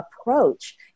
approach